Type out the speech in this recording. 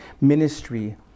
ministry